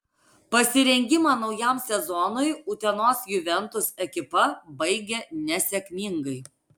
pasirengimą naujam sezonui utenos juventus ekipa baigė nesėkmingai